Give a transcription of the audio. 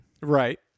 Right